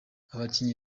abakinnyi